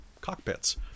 cockpits